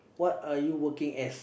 what are you working as